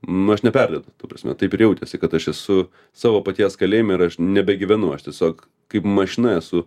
nu aš neperdedu ta prasme taip ir jautėsi kad aš esu savo paties kalėjime ir aš nebegyvenu aš tiesiog kaip mašina esu